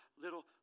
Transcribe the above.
little